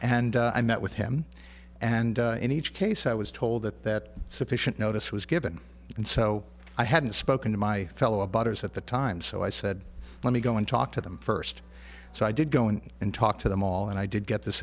and i met with him and in each case i was told that that sufficient notice was given and so i hadn't spoken to my fellow butters at the time so i said let me go and talk to them first so i did go in and talk to them all and i did get this